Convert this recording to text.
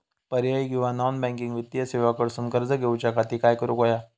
पर्यायी किंवा non banking वित्तीय सेवा कडसून कर्ज घेऊच्या खाती काय करुक होया?